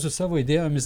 su savo idėjomis